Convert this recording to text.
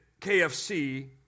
KFC